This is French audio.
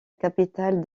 capitale